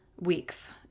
weeks